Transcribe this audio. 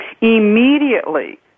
Immediately